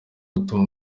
gutuma